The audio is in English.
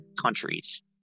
countries